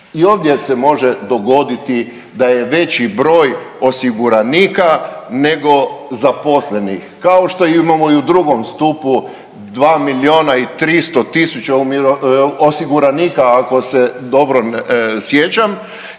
i ovdje se može dogoditi da je veći broj osiguranika nego zaposlenih, kao što imamo i u drugom stupu 2 miliona 300 tisuća osiguranika ako se sjećam